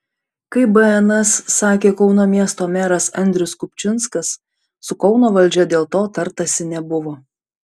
kaip bns sakė kauno miesto meras andrius kupčinskas su kauno valdžia dėl to tartasi nebuvo